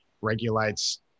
regulates